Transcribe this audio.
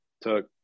took